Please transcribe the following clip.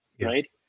right